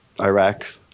Iraq